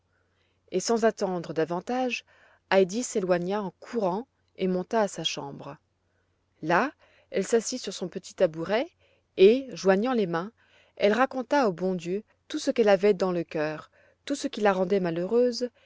et sans attendre davantage heidi s'éloigna en courant et monta à sa chambre là elle s'assit sur son petit tabouret et joignant les mains elle raconta au bon dieu tout ce qu'elle avait dans le cœur tout ce qui la rendait malheureuse